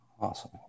awesome